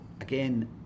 again